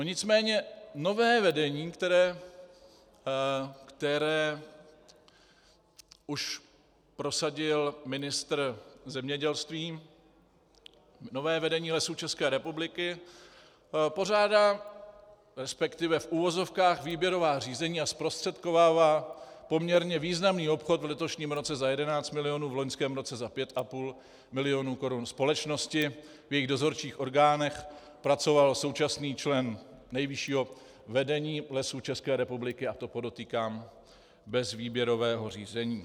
Nicméně nové vedení, které už prosadil ministr zemědělství, nové vedení Lesů České republiky pořádá, respektive v uvozovkách výběrová řízení a zprostředkovává poměrně významný obchod v letošním roce za 11 milionů, v loňském roce za 5,5 milionu korun společnosti, v jejíchž dozorčích orgánech pracoval současný člen nejvyššího vedení Lesů České republiky, a to, podotýkám, bez výběrového řízení.